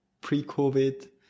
pre-COVID